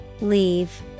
Leave